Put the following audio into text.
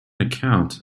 account